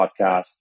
podcast